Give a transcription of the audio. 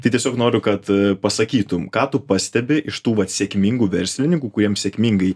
tai tiesiog noriu kad pasakytum ką tu pastebi iš tų vat sėkmingų verslininkų kuriems sėkmingai